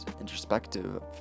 introspective